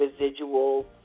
residual